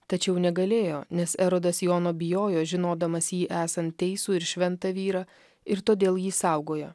tačiau negalėjo nes erodas jono bijojo žinodamas jį esant teisų ir šventą vyrą ir todėl jį saugojo